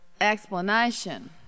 explanation